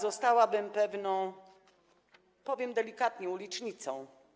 Zostałabym pewnie, powiem delikatnie: ulicznicą.